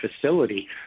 facility